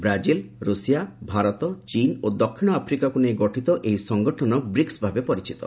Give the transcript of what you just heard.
Brazil Russia Bharat ଚୀନ୍ ଓ ଦକ୍ଷିଣ ଆଫ୍ରିକାକୁ ନେଇ ଗଠିତ ଏହି ସଂଗଠନ ବ୍ରିକ୍ସ ଭାବେ ପରିଚିତ